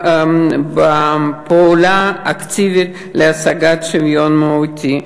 פעולה אקטיבית להשגת שוויון מהותי.